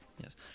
Yes